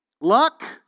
Luck